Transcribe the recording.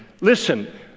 listen